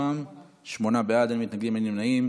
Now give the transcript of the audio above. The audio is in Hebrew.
בצירופם זה: בעד שמונה, אין מתנגדים ואין נמנעים.